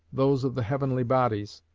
those of the heavenly bodies,